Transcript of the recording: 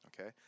okay